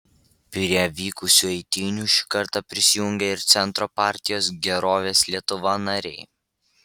prie vykusių eitynių šį kartą prisijungė ir centro partijos gerovės lietuva nariai